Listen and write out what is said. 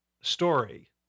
story